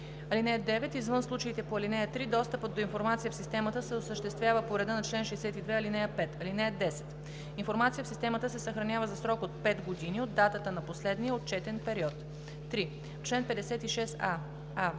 (9) Извън случаите по ал. 3 достъпът до информация в системата се осъществява по реда на чл. 62, ал. 5. (10) Информация в системата се съхранява за срок 5 години от датата на последния отчетен период.“ 3. В чл. 56а: а)